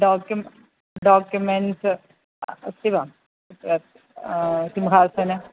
डाक्युं documents अस्ति वा किं भासते